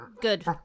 good